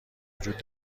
وجود